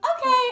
okay